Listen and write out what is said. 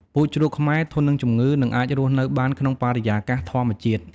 ពូជជ្រូកខ្មែរ ធន់នឹងជំងឺ និងអាចរស់នៅបានក្នុងបរិយាកាសធម្មជាតិ។